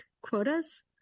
quotas